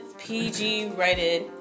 PG-rated